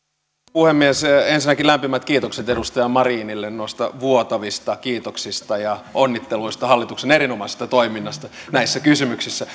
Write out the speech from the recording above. puhemies ensinnäkin lämpimät kiitokset edustaja marinille noista vuotavista kiitoksista ja onnitteluista hallituksen erinomaisesta toiminnasta näissä kysymyksissä